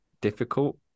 difficult